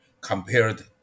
compared